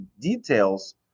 details